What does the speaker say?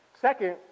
second